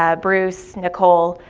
ah bruce, nicole,